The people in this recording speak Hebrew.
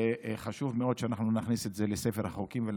וחשוב מאוד שאנחנו נכניס את זה לספר החוקים.